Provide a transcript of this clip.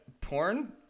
porn